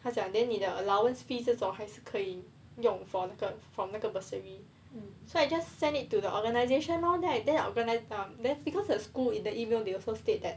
他讲 then 你的 allowance fee 这种还是可以用 from from the 那个 bursary so I just send it so I just send it to the organisation lor then I then then I because the school in the email also states that